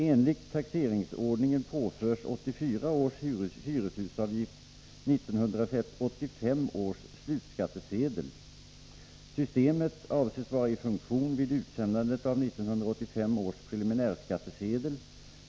Enligt taxeringsförordningen påförs 1984 års hyreshusavgift 1985 års slutskattesedel. Systemet avses vara i funktion vid utsändandet av 1985 års preliminärskattesedel.